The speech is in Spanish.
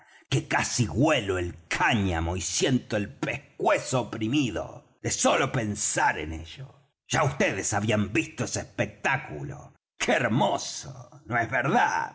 que casi huelo el cáñamo y siento el pescuezo oprimido de sólo pensar en ello ya vds habían visto ese espectáculo qué hermoso no es verdad